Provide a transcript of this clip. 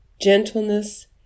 gentleness